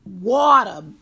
water